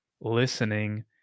listening